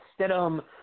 Stidham